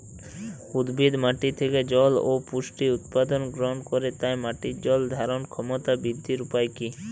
উদ্ভিদ মাটি থেকে জল ও পুষ্টি উপাদান গ্রহণ করে তাই মাটির জল ধারণ ক্ষমতার বৃদ্ধির উপায় কী?